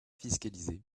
fiscalisée